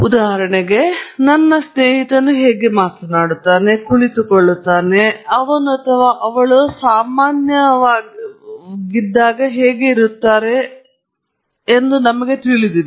ಉದಾಹರಣೆಗೆ ನನ್ನ ಸ್ನೇಹಿತನು ಹೇಗೆ ಮಾತನಾಡುತ್ತಾನೆ ಕುಳಿತುಕೊಳ್ಳುತ್ತಾನೆ ಮತ್ತು ಅವನು ಅಥವಾ ಅವಳು ಸಾಮಾನ್ಯವಾಗಿದ್ದಾಗ ಹೇಗೆ ಇರುತ್ತಾರೆ ಗೊತ್ತು